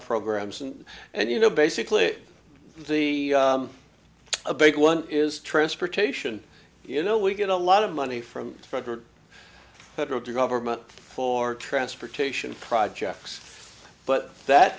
programs and and you know basically the a big one is transportation you know we get a lot of money from frederick federal government for transportation projects but that